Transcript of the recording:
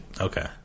Okay